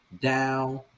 down